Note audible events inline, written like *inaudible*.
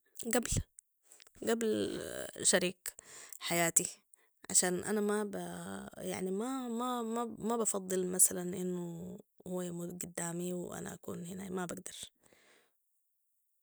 قبل ، قبل شريك حياتي عشان انا ما *hesitation* بفضل مثلاً انو هو يموت قدامي وانا اكون هناي ما بقدر